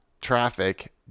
traffic